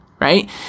Right